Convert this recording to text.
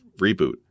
reboot